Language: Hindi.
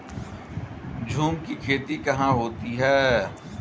झूम की खेती कहाँ होती है?